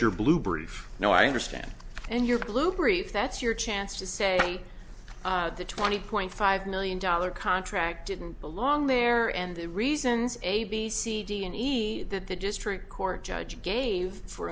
your blue brief no i understand and your blue brief that's your chance to say the twenty point five million dollar contract didn't belong there and the reasons a b c d and e that the district court judge gave for